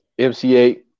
MCA